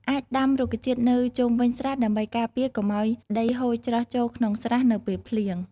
អាចដាំរុក្ខជាតិនៅជុំវិញស្រះដើម្បីការពារកុំឲ្យដីហូរច្រោះចូលក្នុងស្រះនៅពេលភ្លៀង។